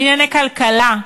בענייני כלכלה,